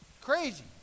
crazy